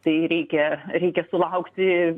tai reikia reikia sulaukti